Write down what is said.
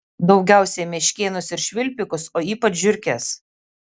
daugiausiai meškėnus ir švilpikus o ypač žiurkes